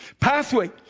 pathway